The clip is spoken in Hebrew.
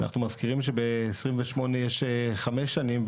אנחנו מזכירים שב-28 יש 5 שנים,